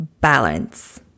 balance